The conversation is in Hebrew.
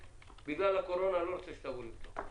בגלל הקורונה אני לא רוצה שתבוא לבדוק.